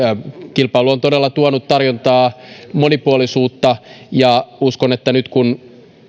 kilpailu on todella tuonut tarjontaan monipuolisuutta ja uskon että nyt kun